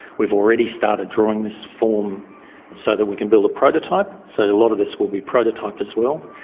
we've already started drawing this form so that we can build a prototype. so a lot of this will be prototyped as well.